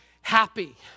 happy